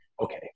okay